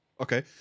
Okay